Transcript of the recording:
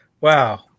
Wow